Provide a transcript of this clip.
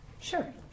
Sure